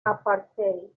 apartheid